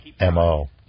MO